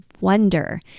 wonder